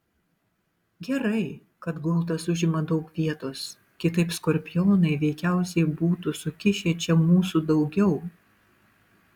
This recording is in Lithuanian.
gerai kad gultas užima daug vietos kitaip skorpionai veikiausiai būtų sukišę čia mūsų daugiau